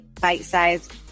bite-sized